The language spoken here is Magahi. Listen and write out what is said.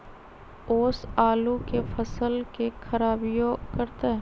ओस आलू के फसल के खराबियों करतै?